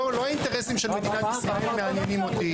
לא האינטרסים של מדינת ישראל מעניינים אותי.